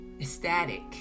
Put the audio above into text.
ecstatic